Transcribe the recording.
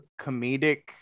comedic